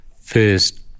first